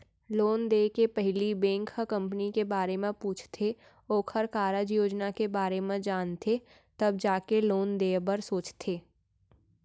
loan देय के पहिली बेंक ह कंपनी के बारे म पूछथे ओखर कारज योजना के बारे म जानथे तब जाके लोन देय बर सोचथे